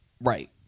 right